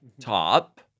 top